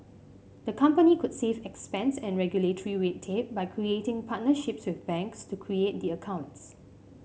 the company could save expense and regulatory red tape by creating partnerships with banks to create the accounts